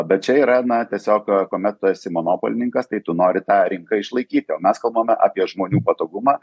bet čia yra na tiesiog kuomet tu esi monopolininkas tai tu nori tą rinką išlaikyti o mes kalbame apie žmonių patogumą